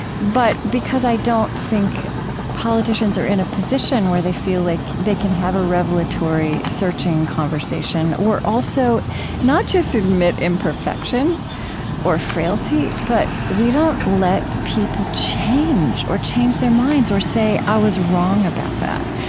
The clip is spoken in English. but because i don't think politicians are in a position where they feel like they can have a revelatory, searching conversation, or, also not just admit imperfection or frailty, but we don't let people change, or change their minds, or say, i was wrong about that.